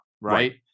Right